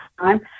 time